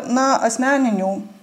na asmeninių